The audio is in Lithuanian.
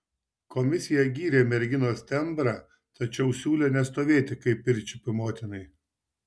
komisija gyrė merginos tembrą tačiau siūlė nestovėti kaip pirčiupio motinai